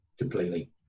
completely